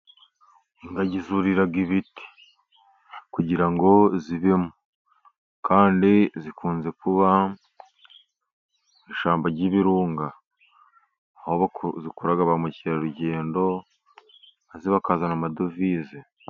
Ingagi zurira ibiti kugira ngo zibemo, kandi zikunze kuba mu ishyamba ry'ibirunga, aho zikurura ba Mukerarugendo, maze bakazana amadovize.